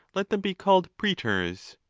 let them be called prsetors,